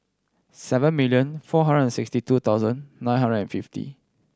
seven million four hundred and sixty two thousand nine hundred and fifty